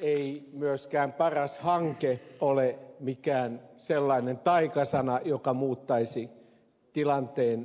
eikä myöskään paras hanke ole mikään sellainen taikasana joka muuttaisi tilanteen käytännössä